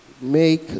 make